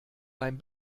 beim